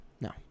No